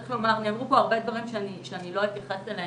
נאמרו פה הרבה דברים שאני לא אתייחס אליהם,